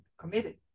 committed